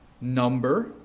number